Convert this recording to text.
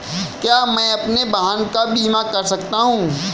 क्या मैं अपने वाहन का बीमा कर सकता हूँ?